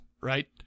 Right